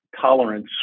tolerance